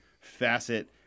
facet